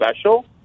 special